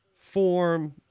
form